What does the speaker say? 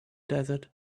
desert